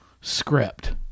script